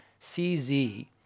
CZ